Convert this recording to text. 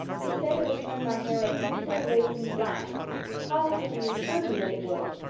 he said it would turn my hair a beautiful raven black he positively assured me that it would.